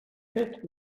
fet